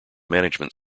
management